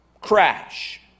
crash